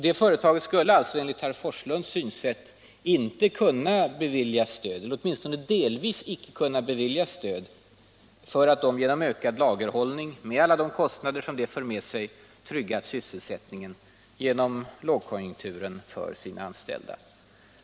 Det företaget skulle alltså enligt herr Forslunds synsätt, åtminstone delvis, inte kunna beviljas stöd för att genom ökad lagerhållning — med alla de kostnader den för med sig — trygga sysselsättningen för sina an ställda under lågkonjunkturen.